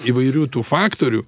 įvairių tų faktorių